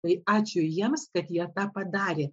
tai ačiū jiems kad jie tą padarė